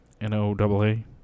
N-O-A-A